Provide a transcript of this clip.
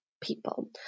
people